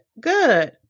Good